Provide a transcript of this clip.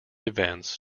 events